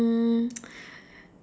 um